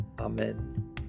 Amen